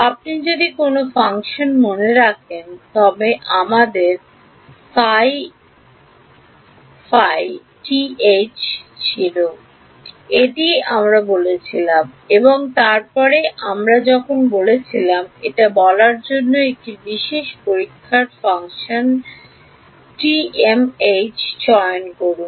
আপনি যদি কোন ফাংশন মনে রাখেন তবে আমাদের ছিল এটিই আমরা বলেছিলাম এবং তারপরে আমরা যখন বলেছিলাম এটি বলার জন্য একটি বিশেষ পরীক্ষার ফাংশন চয়ন করুন